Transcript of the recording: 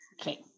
okay